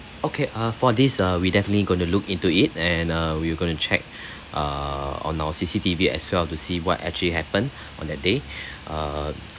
okay uh for this uh we definitely going to look into it and uh we will going to check uh on our C_C_T_V as well to see what actually happened on that day uh